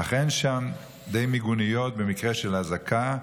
אך אין שם די מיגוניות במקרה של אזעקה.